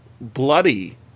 bloody